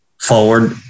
forward